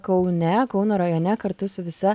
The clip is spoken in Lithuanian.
kaune kauno rajone kartu su visa